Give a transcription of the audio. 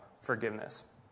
forgiveness